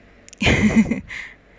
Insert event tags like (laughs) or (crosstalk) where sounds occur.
(laughs)